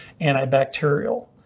antibacterial